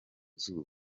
zuba